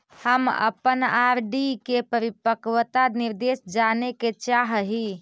हम अपन आर.डी के परिपक्वता निर्देश जाने के चाह ही